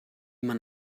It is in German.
man